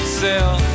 sell